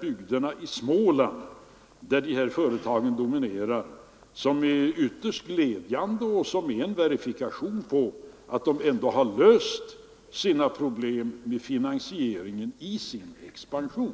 bygder i Småland där dessa företag dominerar har vi en expansion som är ytterst glädjande och som utgör en verifikation på att de ändå har löst problemen med finansieringen av sin expansion.